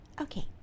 Okay